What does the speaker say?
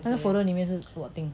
那个 folder 里面是什么